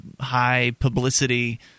high-publicity